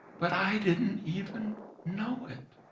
but i didn't even know it.